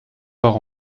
par